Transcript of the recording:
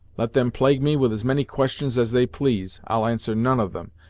let them plague me with as many questions as they please i'll answer none of them,